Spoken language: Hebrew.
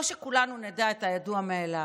או שכולנו נדע את הידוע מאליו: